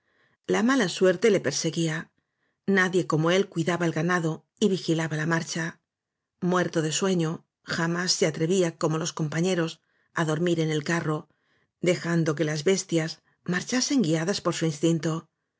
la mala suerte le perseguía nadie como él cuidaba el ganado y vigilaba la marcha muerto de sueño jamás se atrevía como los compañeros á dormir en el carro dejando que las bestias marchasen guiadas por su ins